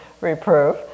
reprove